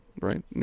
right